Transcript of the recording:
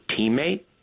teammate